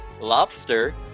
lobster